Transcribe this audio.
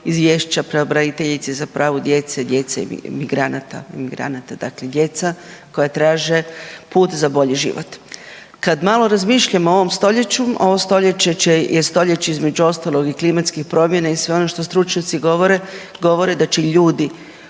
izvješća pravobraniteljice za pravo djece i djece migranata, migranata dakle djeca koja traže put za bolji život. Kad malo razmišljam o ovom stoljeću, ovo stoljeće će, je stoljeće između ostalog i klimatskih promjena i sve ono što stručnjaci govore, govore da će ljudi